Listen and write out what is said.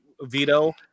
veto